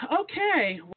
okay